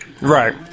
Right